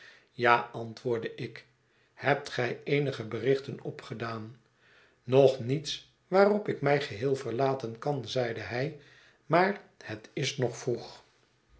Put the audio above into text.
ja antwoordde ik hebt gij eenige berichten opgedaan nog niets waarop ik mij geheel verlaten kan zeide hij maar het is nog vroeg